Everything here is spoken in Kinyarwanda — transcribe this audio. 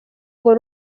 ngo